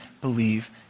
believe